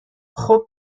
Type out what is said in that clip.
خوب